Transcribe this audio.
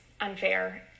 unfair